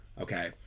okay